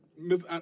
Miss